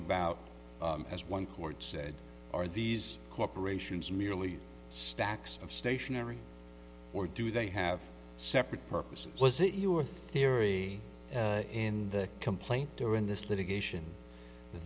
about as one court said are these corporations merely stacks of stationery or do they have separate purposes was it your theory in the complaint or in this litigation th